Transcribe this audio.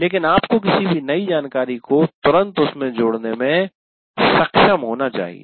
लेकिन आपको किसी भी नई जानकारी को तुरंत उसमे जोड़ने में सक्षम होना चाहिए